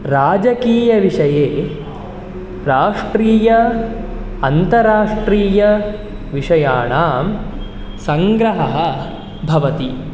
राजकीयविषये राष्ट्रीय अन्तराष्ट्रीयविषयाणां सङ्ग्रहः भवति